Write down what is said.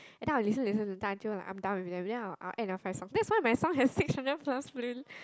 and then I like listen listen listen to until I'm done already then I will add like five songs that's why my songs have six hundred plus in